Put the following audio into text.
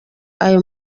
ayo